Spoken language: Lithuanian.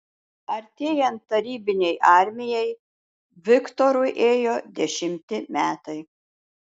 artėjant tarybinei armijai viktorui ėjo dešimti metai